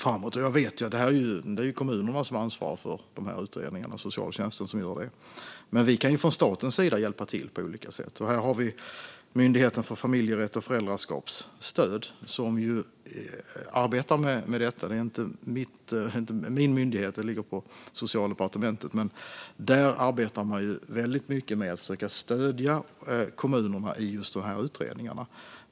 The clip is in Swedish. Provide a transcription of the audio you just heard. Det är socialtjänsterna i kommunerna som har ansvar för utredningarna, men vi kan från statens sida hjälpa till på olika sätt. Här finns Myndigheten för familjerätt och föräldraskapsstöd, som arbetar med dessa frågor. Det är inte min myndighet utan den ligger på Socialdepartementet. Men på den myndigheten arbetar man mycket med att försöka stödja kommunerna i dessa utredningar.